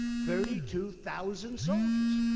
thirty-two thousand soldiers.